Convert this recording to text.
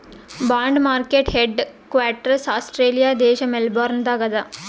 bond market headquarters Australia ದೇಶ್ Melbourne ದಾಗ್ ಅದಾ